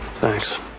Thanks